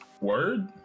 Word